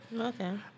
Okay